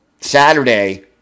Saturday